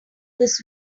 this